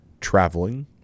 traveling